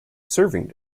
serving